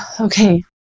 okay